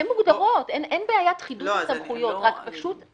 הן מוגדרות, אין בעיית חידוד הסמכויות, רק פשוט